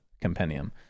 compendium